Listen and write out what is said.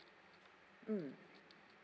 mm